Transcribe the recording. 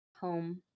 home